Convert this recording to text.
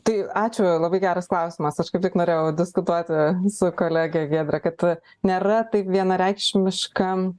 tai ačiū labai geras klausimas aš kaip tik norėjau diskutuoti su kolege giedre kad nėra taip vienareikšmiška